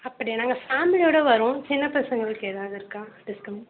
அப்படியா நாங்கள் ஃபேமிலியோடு வர்றோம் சின்ன பசங்களுக்கு எதாவது இருக்கா டிஸ்கவுண்ட்